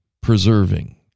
preserving